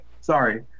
Sorry